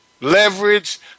leverage